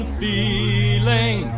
feeling